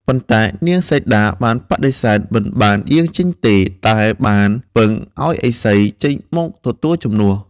ប៉ុន្តែនាងសីតាបានបដិសេធ មិនបានយាងចេញទេ តែបានពឹងឱ្យឥសីចេញមកទទួលជំនួស។